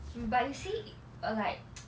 but you see uh like